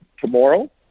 tomorrow